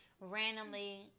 randomly